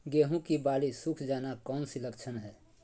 गेंहू की बाली सुख जाना कौन सी लक्षण है?